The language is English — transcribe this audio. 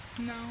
No